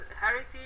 heritage